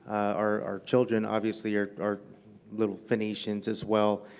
our children, obviously, are are little phoenicians as well.